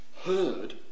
heard